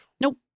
Nope